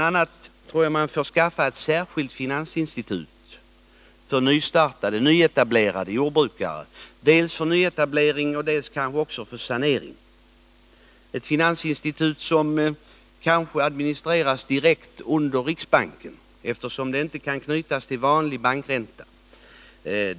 a. tror jag att man får inrätta ett särskilt finansinstitut dels för nyetablering av jordbruk, dels kanske också för sanering, ett finansinstitut som kanske administreras direkt under riksbanken, eftersom kreditgarantierna inte kan knytas till vanlig bankränta.